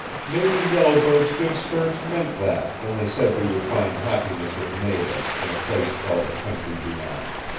maybe yellow bird's good spirits meant that when they said we would find happiness with nada in a place called the country beyond.